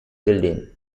building